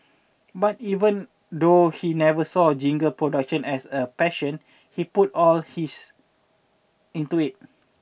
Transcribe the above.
but even though he never saw jingle production as a passion he put all his into it